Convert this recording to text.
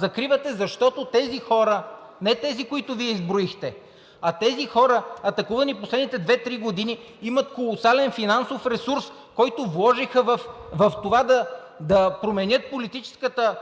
закривате, защото тези хора – не тези, които Вие изброихте, а тези хора, атакувани в последните две-три години, имат колосален финансов ресурс, който вложиха в това да променят политическата